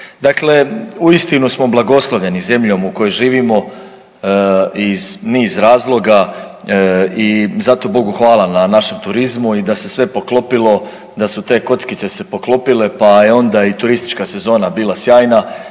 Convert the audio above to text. Dakle, uistinu smo blagoslovljeni zemljom u kojoj živimo iz niz razloga i zato Bogu hvala na našem turizmu i da se sve poklopile, da su te kockice se poklopile pa je onda i turistička sezona bila sjajna